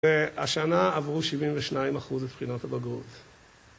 והשנה עברו 72% את בחינות הבגרות